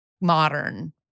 modern